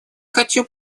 хочу